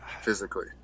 physically